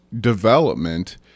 development